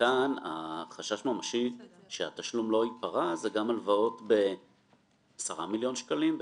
כאן החשש ממשי שהתשלום לא ייפרע זה גם הלוואות ב-10 מיליון שקלים,